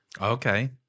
Okay